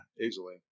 Easily